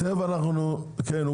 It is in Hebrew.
כן.